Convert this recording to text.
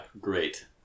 great